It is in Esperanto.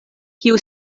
kiu